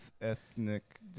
Ethnic